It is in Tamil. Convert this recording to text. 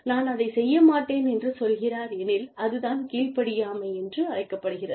நான் அதைச் செய்ய மாட்டேன் என்று சொல்கிறார் எனில் அது தான் கீழ்ப்படியாமை என்று அழைக்கப்படுகிறது